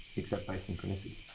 except by synchronicity.